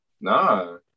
Nah